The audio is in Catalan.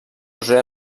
roser